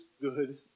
good